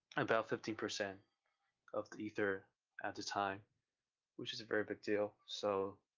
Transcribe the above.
about fifteen percent of the ether at the time which is a very big deal so.